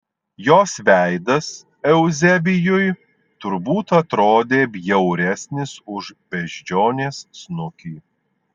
jos veidas euzebijui turbūt atrodė bjauresnis už beždžionės snukį